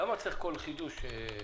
למה צריך כל חידוש השתלמות?